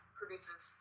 produces